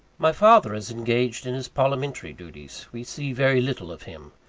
my father is engaged in his parliamentary duties. we see very little of him.